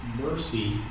mercy